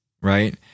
right